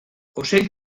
ocell